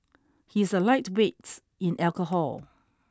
he is a lightweights in alcohol